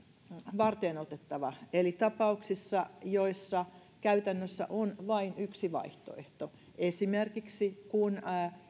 varteenotettava eli tapauksissa joissa käytännössä on vain yksi vaihtoehto esimerkiksi kun